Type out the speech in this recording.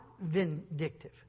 vindictive